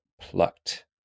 plucked